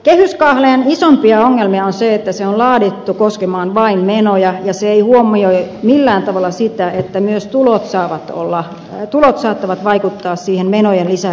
kehyskahleen isompia ongelmia on se että se on laadittu koskemaan vain menoja ja se ei huomioi millään tavalla sitä että myös tulot saattavat vaikuttaa menojen lisäämistarpeeseen